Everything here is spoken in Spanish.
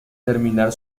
terminar